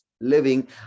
living